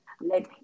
let